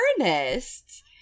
Ernest